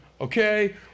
okay